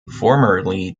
formerly